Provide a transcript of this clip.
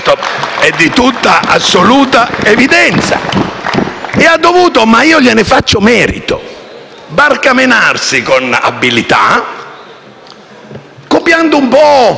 è di assoluta evidenza. E ha dovuto - ma io gliene faccio merito - barcamenarsi con abilità, copiando un po'